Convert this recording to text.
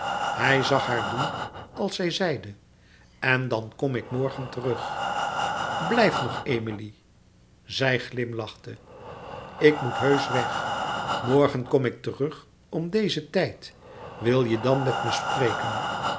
hij zag haar doen als zij zeide en dan kom ik morgen terug blijf nog emilie zij glimlachte ik moet heusch weg morgen kom ik terug om dezen tijd wil je dan met me spreken